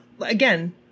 Again